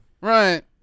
Right